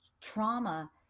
trauma